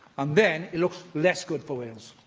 and then it looks less good for wales,